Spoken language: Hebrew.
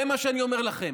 זה מה שאני אומר לכם.